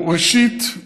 ראשית,